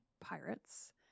pirates